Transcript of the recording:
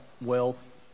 wealth